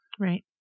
Right